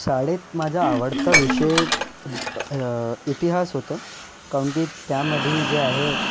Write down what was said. शाळेत माझा आवडता विषय इतिहास होतं काऊन की त्यामध्ये जे आहे